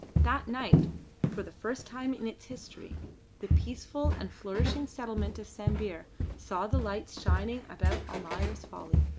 that night for the first time in its history the peaceful and flourishing settlement of sambir saw the lights shining about almayer's folly.